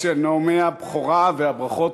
של נאומי הבכורה והברכות.